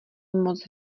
moc